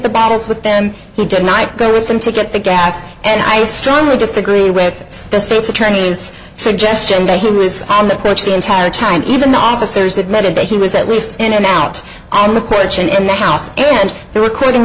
the battles with them he did not go with them to get the gas and i strongly disagree with the state's attorney's suggestion that he was on the porch the entire china even the officers admitted that he was at least in an out on the porch and in the house and they